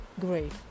great